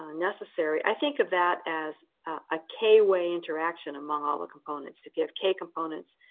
ah necessary. i think of that as a k way interaction among all the components. to give k components,